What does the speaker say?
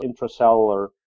intracellular